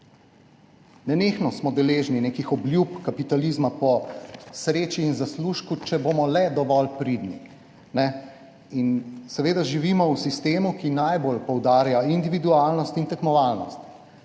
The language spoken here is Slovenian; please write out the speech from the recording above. Nenehno smo deležni nekih obljub kapitalizma po sreči in zaslužku, če bomo le dovolj pridni. Seveda živimo v sistemu, ki najbolj poudarja individualnost in tekmovalnost.